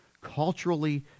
culturally